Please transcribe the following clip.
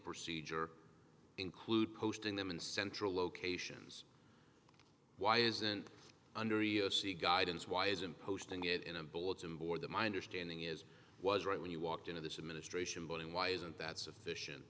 procedure include posting them in central locations why isn't under e e o c guidance why isn't posting it in a bulletin board the minder standing is was right when you walked into this administration building why isn't that sufficient